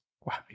wow